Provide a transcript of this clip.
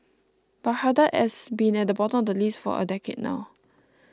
Baghdad has been at the bottom of the list for a decade now